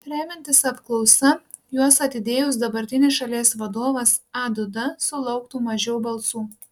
remiantis apklausa juos atidėjus dabartinis šalies vadovas a duda sulauktų mažiau balsų